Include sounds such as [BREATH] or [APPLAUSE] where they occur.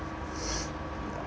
[BREATH]